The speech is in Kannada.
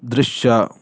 ದೃಶ್ಯ